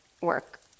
work